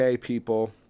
people